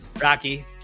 Rocky